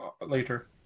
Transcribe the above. later